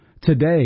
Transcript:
today